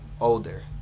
older